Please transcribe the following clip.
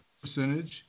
percentage